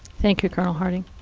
thank you, carl harting.